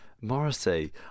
Morrissey